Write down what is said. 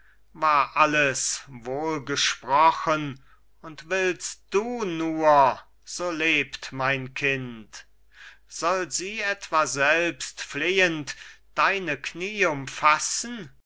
war alles wohl gesprochen und willst du nur so lebt mein kind soll sie etwa selbst flehend deine knie umfassen